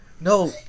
No